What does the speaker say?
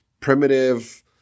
Primitive